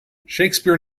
shakespeare